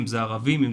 ערבים,